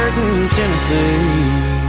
Tennessee